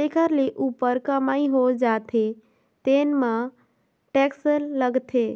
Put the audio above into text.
तेखर ले उप्पर कमई हो जाथे तेन म टेक्स लागथे